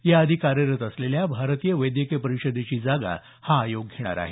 याआधी कार्यरत असलेल्या भारतीय वैद्यकीय परिषदेची जागा हा आयोग घेणार आहे